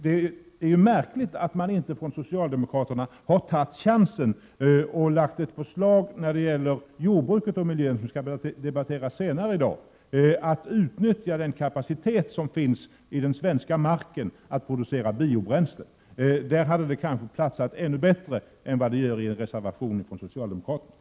Det är ju märkligt att socialdemokraterna när det gäller jordbruket och miljön, som skall debatteras senare i dag, inte har tagit chansen att lägga fram ett förslag om att utnyttja den kapacitet som finns i den svenska marken att producera biobränslen. Där hade ett sådant förslag kanske platsat bättre än i en reservation från socialdemokraterna.